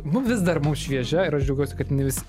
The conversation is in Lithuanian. mum vis dar mum šviežia ir aš džiaugiuosi kad jinai vis